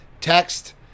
text